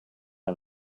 are